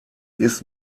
ist